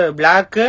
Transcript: black